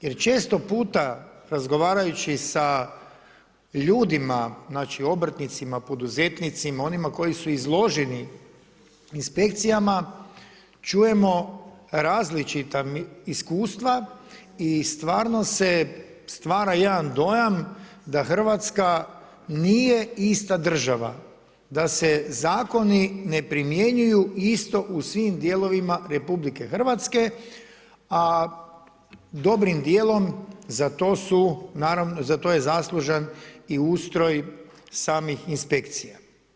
Jer često puta razgovarajući sa ljudima, znači obrtnicima, poduzetnicima, onima koji su izloženi inspekcijama, čujemo različita iskustva i stvarno se stvara jedan dojam da Hrvatska nije ista država, da se zakoni ne primjenjuju isto u svim dijelovima RH a dobrim dijelom za to je zaslužan i ustroj samih inspekcija.